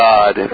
God